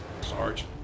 Sarge